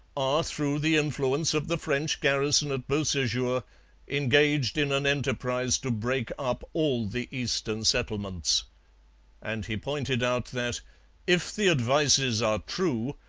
are through the influence of the french garrison at beausejour engaged in an enterprise to break up all the eastern settlements and he pointed out that if the advices are true,